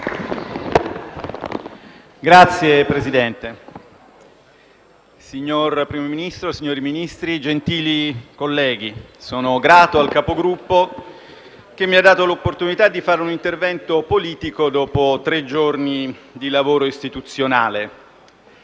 Signor Presidente, signor Primo Ministro, signori Ministri, gentili colleghi, sono grato al Capogruppo che mi ha dato la possibilità di svolgere un intervento politico dopo tre giorni di lavoro istituzionale.